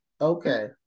Okay